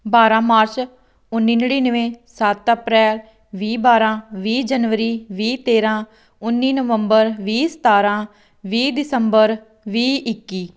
ਬਾਰਾਂ ਮਾਰਚ ਉੱਨੀ ਨੜਿੱਨਵੇ ਸੱਤ ਅਪ੍ਰੈਲ ਵੀਹ ਬਾਰਾਂ ਵੀਹ ਜਨਵਰੀ ਵੀਹ ਤੇਰਾਂ ਉੱਨੀ ਨਵੰਬਰ ਵੀਹ ਸਤਾਰਾਂ ਵੀਹ ਦਸੰਬਰ ਵੀਹ ਇੱਕੀ